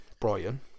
Brian